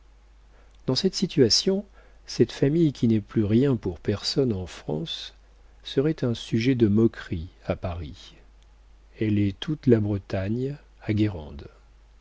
dans cette situation cette famille qui n'est plus rien pour personne en france serait un sujet de moquerie à paris elle est toute la bretagne à